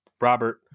Robert